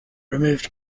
removed